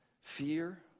fear